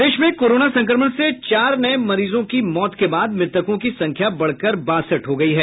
प्रदेश में कोरोना संक्रमण से चार नये मरीजों की मौत के बाद मृतकों की संख्या बढ़कर कर बासठ हो गयी है